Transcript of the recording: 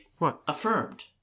affirmed